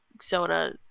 soda